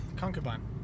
concubine